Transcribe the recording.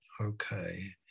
Okay